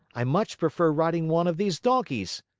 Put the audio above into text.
i much prefer riding one of these donkeys,